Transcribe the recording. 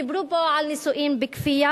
דיברו פה על נישואים בכפייה,